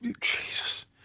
Jesus